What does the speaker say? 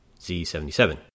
Z77